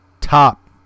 top